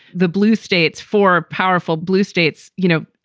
the blue states for a powerful blue states, you know,